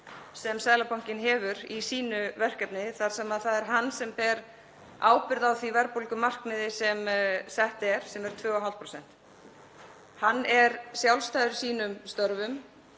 sem Seðlabankinn hefur í sínu verkefni þar sem það er hann sem ber ábyrgð á því verðbólgumarkmiði sem sett er, sem er 2,5%. Hann er sjálfstæður í sínum störfum,